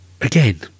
again